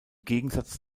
gegensatz